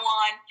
on